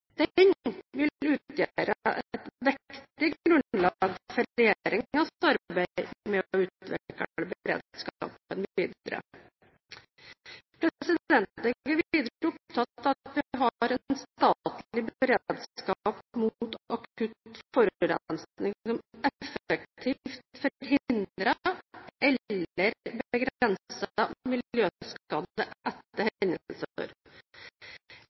vil utgjøre et viktig grunnlag for regjeringens arbeid med å utvikle beredskapen videre. Jeg er videre opptatt av at vi har en statlig beredskap mot akutt forurensning, som effektivt forhindrer eller begrenser miljøskade etter